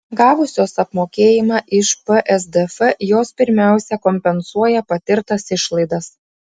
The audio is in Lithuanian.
gavusios apmokėjimą iš psdf jos pirmiausia kompensuoja patirtas išlaidas